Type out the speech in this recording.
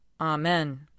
Amen